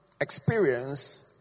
experience